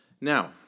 Now